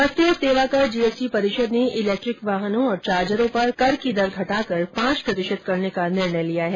वस्तु और सेवाकर जीएसटी परिषद ने इलेक्ट्रिक वाहनों और चार्जरो पर कर की दर घटाकर पांच प्रतिशत करने का निर्णय लिया है